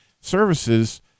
services